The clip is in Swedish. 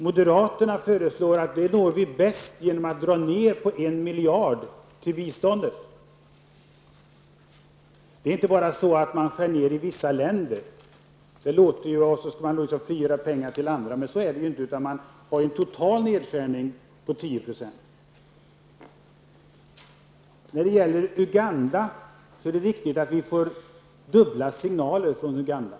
Moderaterna säger att detta mål bäst kan uppnås genom att biståndet minskas med 1 miljard. Men det är inte bara så, att nedskärningar görs beträffande vissa länder och att pengar då kan gå till vissa andra. Så är det alltså inte. Vad som gäller är en total nedskärning om 10 %. Sedan är det viktigt att vi inte får dubbla signaler från Uganda.